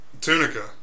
Tunica